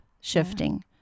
shifting